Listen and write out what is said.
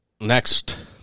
Next